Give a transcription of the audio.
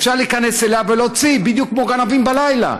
אפשר להיכנס אליה ולהוציא, בדיוק כמו גנבים בלילה.